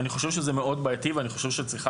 אני חושב שזה מאוד בעייתי ואני חושב שצריכה